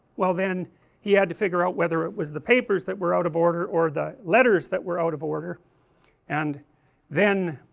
well then he had to figure out whether it was the papers that were out of order or the letters that were out of order and then,